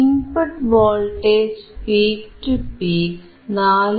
input voltage peak to peak 4